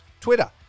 Twitter